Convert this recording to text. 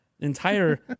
Entire